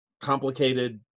complicated